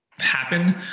happen